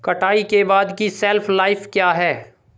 कटाई के बाद की शेल्फ लाइफ क्या है?